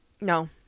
No